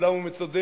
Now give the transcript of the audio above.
אומנם הוא מצודד,